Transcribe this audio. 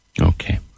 Okay